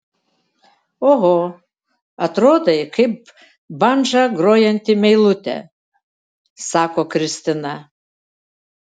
oho atrodai kaip bandža grojanti meilutė sako kristina